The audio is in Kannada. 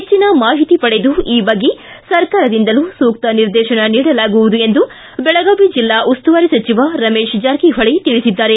ಹೆಚ್ಚನ ಮಾಹಿತಿ ಪಡೆದು ಈ ಬಗ್ಗೆ ಸರ್ಕಾರದಿಂದಲೂ ಸೂಕ್ತ ನಿರ್ದೇಶನ ನೀಡಲಾಗುವುದು ಎಂದು ಬೆಳಗಾವಿ ಜಿಲ್ಲಾ ಉಸ್ತುವಾರಿ ಸಚಿವ ರಮೇಶ್ ಜಾರಕಿಹೊಳಿ ತಿಳಿಸಿದ್ದಾರೆ